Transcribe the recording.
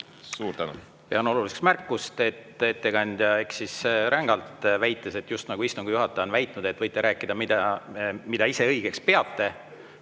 Suur tänu!